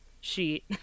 sheet